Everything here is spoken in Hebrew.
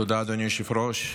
תודה, אדוני היושב-ראש.